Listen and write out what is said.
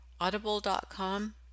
Audible.com